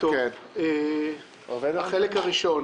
החלק הראשון.